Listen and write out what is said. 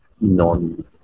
non